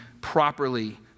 properly